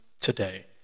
today